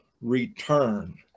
return